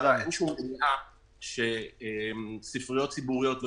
אין שום מניעה שספריות ציבוריות לא